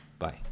Bye